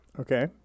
Okay